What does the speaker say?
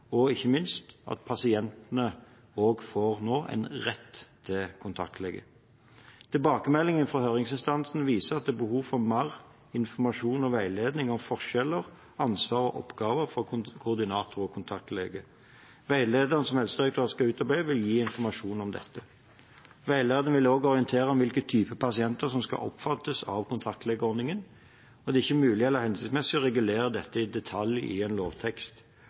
og ikke minst at pasientene nå også får en rett til kontaktlege. Tilbakemeldingene fra høringsinstansene viser at det er behov for mer informasjon og veiledning om forskjeller, ansvar og oppgaver for koordinator og kontaktlege. Veilederen som Helsedirektoratet skal utarbeide, vil gi informasjon om dette. Veilederen vil også orientere om hvilke typer pasienter som skal omfattes av kontaktlegeordningen. Det er ikke mulig eller hensiktsmessig å regulere dette i detalj i en lovtekst.